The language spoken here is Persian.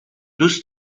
دوست